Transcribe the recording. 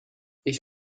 ich